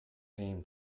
aim